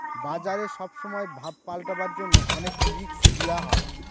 বাজারে সব সময় ভাব পাল্টাবার জন্য অনেক রিস্ক গুলা হয়